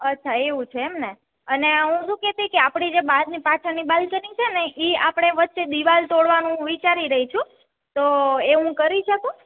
અચ્છા એવું છે એમ ને અને હું શું કેટીટી કે આપડી જે બારની પાછળની બાલ્કની છે ને ઈ આપડે વચ્ચે દીવાલ તોડવાનું વિચારી રઈ છું તો એ હું કરિ શકું